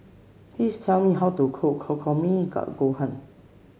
please tell me how to cook Takikomi Gohan